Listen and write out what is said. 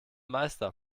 meister